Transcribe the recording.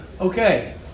okay